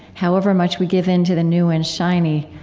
however much we give into the new and shiny,